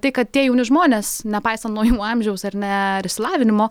tai kad tie jauni žmonės nepaisant nuo jų amžiaus ar ne ir išsilavinimo